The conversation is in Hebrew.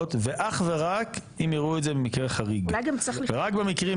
את חברה